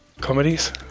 comedies